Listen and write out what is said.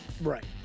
Right